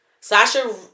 Sasha